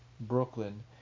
Brooklyn